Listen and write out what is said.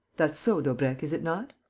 that's so, daubrecq, is it not?